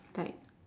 like